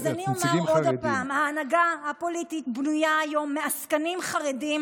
אז אני אומר עוד פעם: ההנהגה הפוליטית בנויה היום מעסקנים חרדים